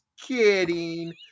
kidding